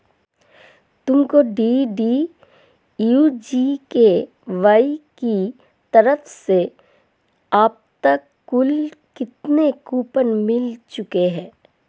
तुमको DDU GKY की तरफ से अब तक कुल कितने कूपन मिल चुके हैं?